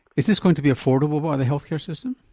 is this going to be affordable by the health care system?